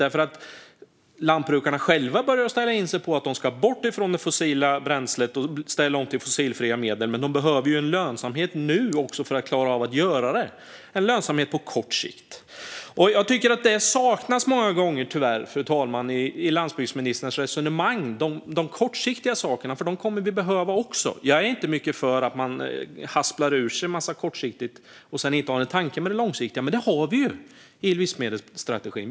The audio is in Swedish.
Lantbrukarna själva börjar ställa in sig på att de ska bort från det fossila bränslet och att de ska ställa om till fossilfria medel. Men de behöver ju en lönsamhet nu också för att klara av att göra det, en lönsamhet på kort sikt. Fru talman! Jag tycker att de kortsiktiga sakerna tyvärr många gånger saknas i landsbygdsministerns resonemang. Men vi kommer att behöva dem också. Jag är inte mycket för att man hasplar ur sig en massa kortsiktigt och sedan inte har en tanke med det långsiktiga. Men det har vi ju i livsmedelsstrategin.